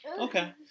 Okay